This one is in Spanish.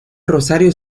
rosario